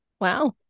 Wow